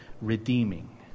Redeeming